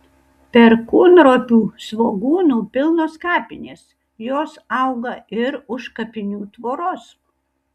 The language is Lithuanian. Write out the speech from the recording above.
perkūnropių svogūnų pilnos kapinės jos auga ir už kapinių tvoros